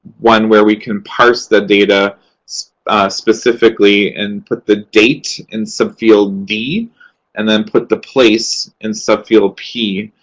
one where we can parse the data specifically and put the date in subfield d and then put the place in subfield p.